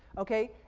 okay?